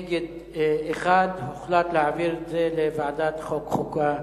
נגד, 1. הוחלט להעביר את הנושא לוועדת החוקה,